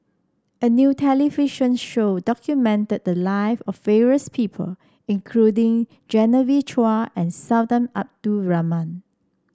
a new television show documented the life of various people including Genevieve Chua and Sultan Abdul Rahman